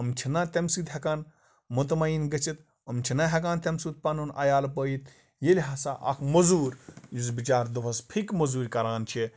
یِم چھِنَہ تٔمۍ سۭتۍ ہٮ۪کان مُطمعیٖن گٔژھِتھ یِم چھِنَہ ہٮ۪کان تٔمۍ سُت پَنُن عیال پٲیِتھ ییٚلہِ ہسا اَکھ مٔزوٗر یُس بِچار دۄہَس فِکۍ مٔزوٗرۍ کَران چھِ